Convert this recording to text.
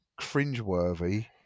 cringeworthy